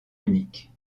unique